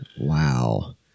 Wow